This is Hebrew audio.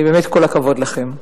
באמת, כל הכבוד לכם.